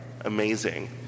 amazing